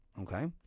okay